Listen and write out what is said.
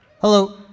Hello